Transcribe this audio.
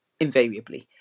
invariably